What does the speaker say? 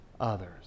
others